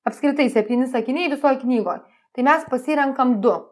apskritai septyni sakiniai visoj knygoj tai mes pasirenkam du